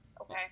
okay